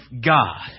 God